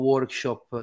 Workshop